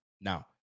Now